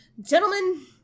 Gentlemen